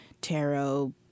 tarot